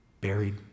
buried